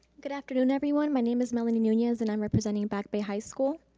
good afternoon, everyone. my name is melanie nunez and i'm representing back bay high school.